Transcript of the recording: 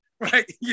Right